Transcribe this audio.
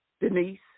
Denise